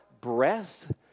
breath